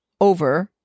over